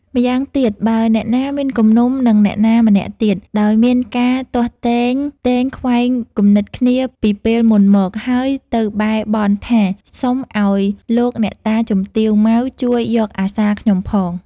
ម៉្យាងទៀតបើអ្នកណា មានគំនុំនឹងអ្នកណាម្នាក់ទៀត ដោយមានការទាស់ទែងទែងខ្វែងគំនិតគ្នាពីពេលមុនមក ហើយទៅបែរបន់ថា សុំឲ្យលោកអ្នកតាជំទាវ ម៉ៅ ជួយយកអាសាខ្ញុំផង